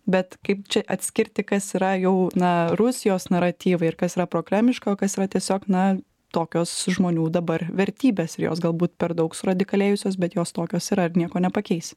bet kaip čia atskirti kas yra jau na rusijos naratyvai ir kas yra prokremliška o kas yra tiesiog na tokios žmonių dabar vertybės ir jos galbūt per daug suradikalėjusios bet jos tokios yra ir nieko nepakeisi